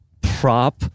prop